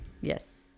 Yes